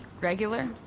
regular